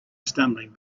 stumbling